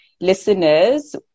listeners